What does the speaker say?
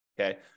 Okay